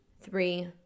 three